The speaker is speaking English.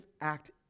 act